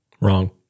Wrong